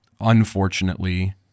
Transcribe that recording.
Unfortunately